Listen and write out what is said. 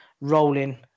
rolling